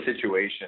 situation